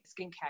skincare